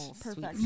perfect